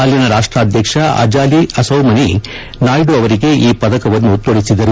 ಅಲ್ಲಿಯ ರಾಷ್ಟಾಧ್ವಕ್ಷ Azali Assoumani Naidu ಅವರಿಗೆ ಈ ಪದಕವನ್ನು ತೊಡಿಸಿದರು